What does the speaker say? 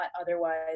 otherwise